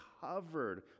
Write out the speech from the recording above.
covered